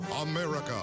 America